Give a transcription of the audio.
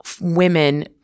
women